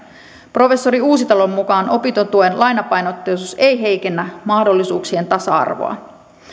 professori uusitalon mukaan opintotuen lainapainotteisuus ei heikennä mahdollisuuksien tasa arvoa hänen mukaansa